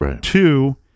Two